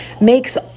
makes